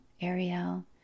Ariel